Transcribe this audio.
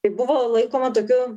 tai buvo laikoma tokiu